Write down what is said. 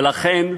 ולכן,